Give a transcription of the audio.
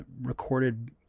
recorded